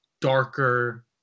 darker